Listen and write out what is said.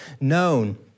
known